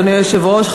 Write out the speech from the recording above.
אדוני היושב-ראש,